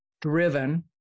driven